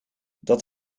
dat